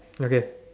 okay